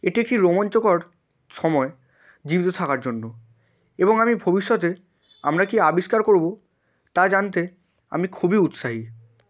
এটি একটি রোমাঞ্চকর সময় জীবিত থাকার জন্য এবং আমি ভবিষ্যতে আমরা কি আবিষ্কার করবো তা জানতে আমি খুবই উৎসাহী